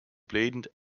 blatant